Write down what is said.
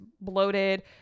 bloated